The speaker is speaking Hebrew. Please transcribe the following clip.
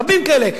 רבים כאלה.